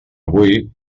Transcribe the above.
avui